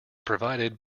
provided